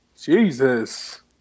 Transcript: Jesus